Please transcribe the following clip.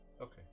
Okay